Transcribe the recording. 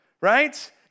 right